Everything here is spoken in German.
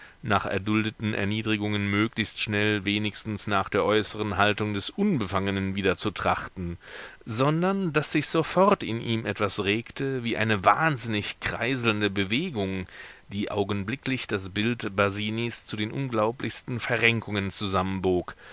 nach erduldeten erniedrigungen möglichst schnell wenigstens nach der äußeren haltung des unbefangenen wieder zu trachten sondern daß sich sofort in ihm etwas regte wie eine wahnsinnig kreiselnde bewegung die augenblicklich das bild basinis zu den unglaublichsten verrenkungen zusammenbog